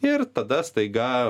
ir tada staiga